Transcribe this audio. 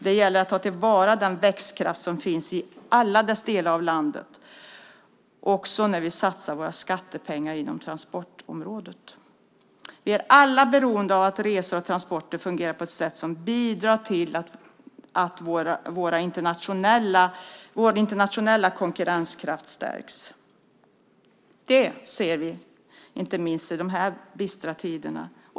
Det gäller att ta till vara den växtkraft som finns i alla delar av landet också när vi satsar skattepengar inom transportområdet. Vi är alla beroende av att resor och transporter fungerar på ett sätt som bidrar till att vår internationella konkurrenskraft stärks, inte minst i de här bistra tiderna.